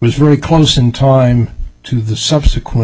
was very close in time to the subsequent